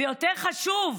ויותר חשוב,